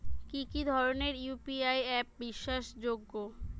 কি কি ধরনের ইউ.পি.আই অ্যাপ বিশ্বাসযোগ্য?